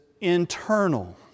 internal